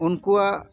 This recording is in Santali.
ᱩᱱᱠᱩᱣᱟᱜ